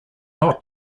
not